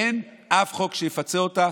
ואין אף חוק שיפצה אותה.